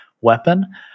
weapon